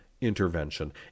intervention